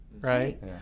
right